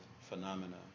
phenomena